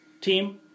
team